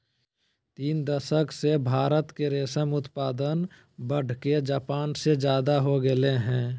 तीन दशक से भारत के रेशम उत्पादन बढ़के जापान से ज्यादा हो गेल हई